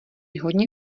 hodně